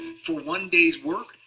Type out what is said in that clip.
for one day's work,